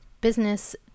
business